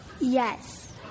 Yes